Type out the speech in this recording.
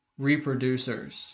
reproducers